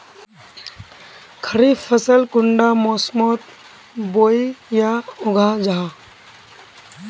खरीफ फसल कुंडा मोसमोत बोई या उगाहा जाहा?